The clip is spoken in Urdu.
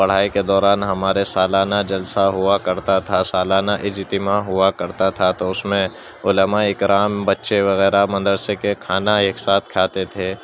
پڑھائی کے دوران ہمارے سالانہ جلسہ ہوا کرتا تھا سالانہ اجتماع ہوا کرتا تھا تو اس میں علمائے اکرام بچے وغیرہ مدرسے کے کھانا ایک ساتھ کھاتے تھے